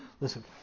Listen